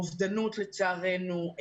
אובדנות לצערנו,